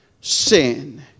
sin